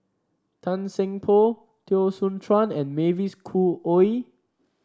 Tan Seng Poh Teo Soon Chuan and Mavis Khoo Oei